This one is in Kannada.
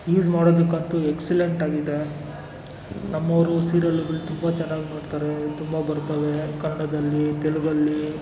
ಯೂಸ್ ಮಾಡೋದಕ್ಕಂತೂ ಎಕ್ಸಲೆಂಟ್ ಆಗಿದೆ ನಮ್ಮವರು ಸೀರಿಯಲ್ ಅದ್ರಲ್ಲಿ ತುಂಬ ಚೆನ್ನಾಗಿ ನೋಡ್ತಾರೆ ತುಂಬ ಬರ್ತವೆ ಕನ್ನಡದಲ್ಲಿ ತೆಲುಗಲ್ಲಿ